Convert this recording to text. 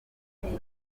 igare